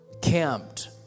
camped